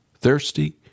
thirsty